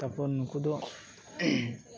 ᱛᱟᱯᱚᱨ ᱱᱩᱠᱩ ᱫᱚ